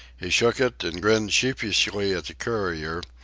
he shook it and grinned sheepishly at the courier,